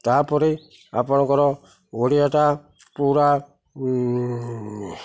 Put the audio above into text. ତା'ପରେ ଆପଣଙ୍କର ଓଡ଼ିଆଟା ପୁରା